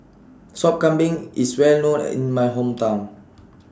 Sop Kambing IS Well known in My Hometown